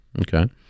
Okay